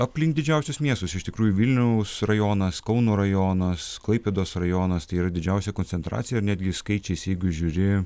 aplink didžiausius miestus iš tikrųjų vilniaus rajonas kauno rajonas klaipėdos rajonas tai yra didžiausia koncentracija ir netgi skaičiais jeigu žiūri